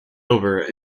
over